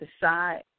decide